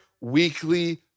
weekly